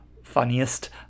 Funniest